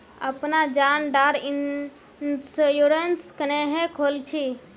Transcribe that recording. अपना जान डार इंश्योरेंस क्नेहे खोल छी?